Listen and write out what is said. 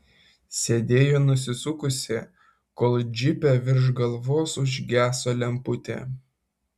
sėdėjo nusisukusi kol džipe virš galvos užgeso lemputė